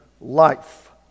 life